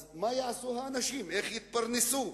אז מה יעשו האנשים, איך יתפרנסו?